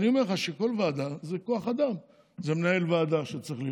אני אומר לך שכל ועדה זה כוח אדם: זה מנהל ועדה שצריך להיות,